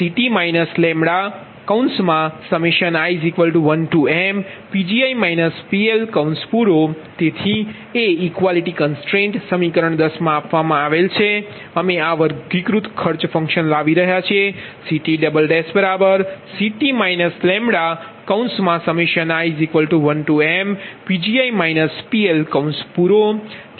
તેથી તે equality constraint સમીકરણ 10 માં આપવામાં આવેલ છે અમે આ વર્ગીકૃત ખર્ચ ફંકશન લાવી રહ્યાં છીએ CTCT λi1mPgi PL